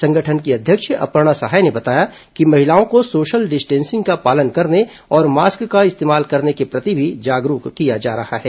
संगठन की अध्यक्ष अपर्णा सहाय ने बताया कि महिलाओं को सोशल डिस्टेसिंग का पालन करने और मास्क का इस्तेमाल करने के प्रति भी जागरूक किया जा रहा है